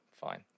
fine